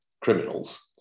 criminals